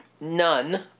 None